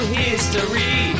history